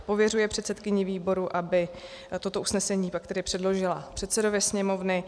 Pověřuje předsedkyni výboru, aby toto usnesení pak předložila předsedovi Sněmovny.